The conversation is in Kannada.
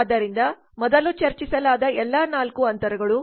ಆದ್ದರಿಂದ ಮೊದಲು ಚರ್ಚಿಸಲಾದ ಎಲ್ಲಾ 4 ಅಂತರಗಳು